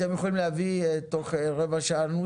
אתם יכולים להביא נוסח תוך רבע שעה?